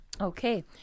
Okay